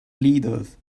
leaders